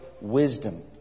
wisdom